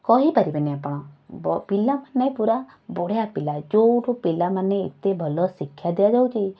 କହିପାରିବେନି ଆପଣ ପିଲାମାନେ ପୂରା ବଢ଼ିଆ ପିଲା ଯେଉଁଠୁ ପିଲାମାନେ ଏତେ ଭଲ ଶିକ୍ଷା ଦିଆଯାଉଛି